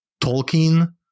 Tolkien